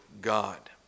God